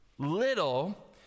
little